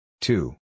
Two